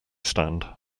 stand